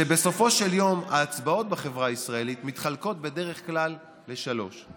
שבסופו של יום ההצבעות בחברה הישראלית נחלקות בדרך כלל לשלושה.